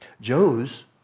Joe's